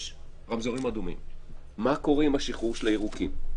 יש רמזורים אדומים, מה קורה עם השחרור של הירוקים?